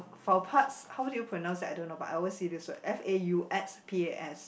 faux pas how do you pronounce it I don't know but I always see this word F A U X P A S